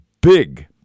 big